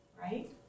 right